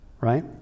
Right